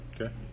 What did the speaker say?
Okay